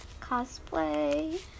cosplay